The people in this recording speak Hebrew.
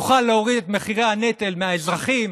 נוכל להוריד את מחירי הנטל מהאזרחים,